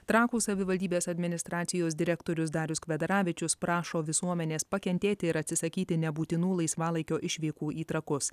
trakų savivaldybės administracijos direktorius darius kvedaravičius prašo visuomenės pakentėti ir atsisakyti nebūtinų laisvalaikio išvykų į trakus